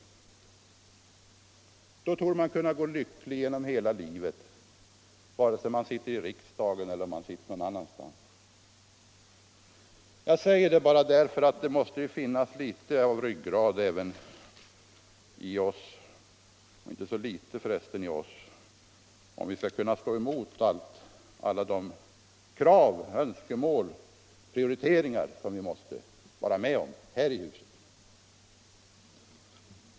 Då torde man kunna leva lycklig hela livet, vare sig man sitter i riksdagen eller sitter någon annanstans. Jag säger det bara därför att det måste finnas litet av ryggrad — och inte så litet heller — i oss, om vi skall kunna stå emot alla de krav och önskemål om prioriteringar som vi får vara med om här i huset.